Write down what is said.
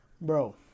Bro